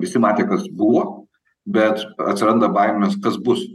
visi matė kas buvo bet atsiranda baimės kas bus